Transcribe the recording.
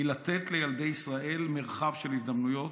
היא לתת לילדי ישראל מרחב של הזדמנויות,